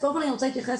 אני רוצה להתייחס